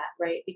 right